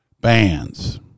bands